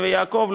נווה-יעקב,